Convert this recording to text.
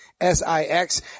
S-I-X